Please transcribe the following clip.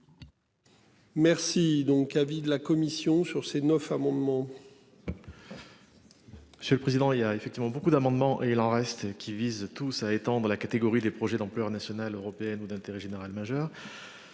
Merci donc avis de la commission sur ces neuf amendements.